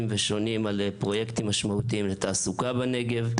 ושונים על פרויקטים משמעותיים לתעסוקה בנגב.